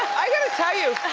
i gotta tell you,